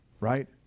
right